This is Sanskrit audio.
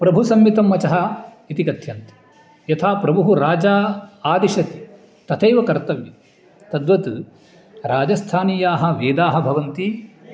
प्रभुसंहितं वचः इति कथ्यन्ते यथा प्रभुः राजा आदिशति तथैव कर्तव्यं तद्वत् राजस्थानीयाः वेदाः भवन्ति